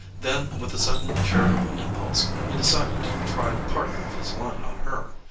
then with a sudden charitable impulse he decided to try part of his line on her.